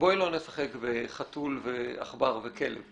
בואי לא נשחק בחתול ועכבר וכלב.